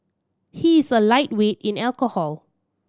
he is a lightweight in alcohol